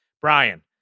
Brian